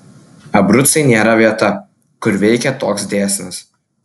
abrucai nėra vieta kur veikia toks dėsnis